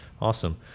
awesome